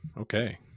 Okay